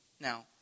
Now